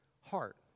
heart